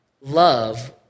love